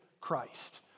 Christ